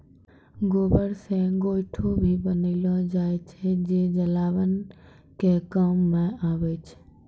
गोबर से गोयठो भी बनेलो जाय छै जे जलावन के काम मॅ आबै छै